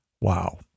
Wow